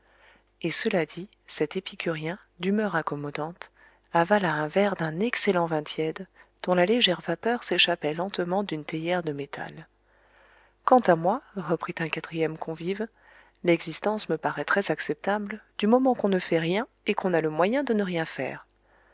et cela dit cet épicurien d'humeur accommodante avala un verre d'un excellent vin tiède dont la légère vapeur s'échappait lentement d'une théière de métal quant à moi reprit un quatrième convive l'existence me parait très acceptable du moment qu'on ne fait rien et qu'on a le moyen de ne rien faire